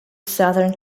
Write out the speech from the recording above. southern